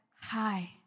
hi